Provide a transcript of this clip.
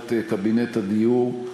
בישיבת קבינט הדיור,